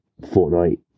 Fortnite